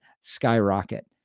skyrocket